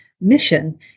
mission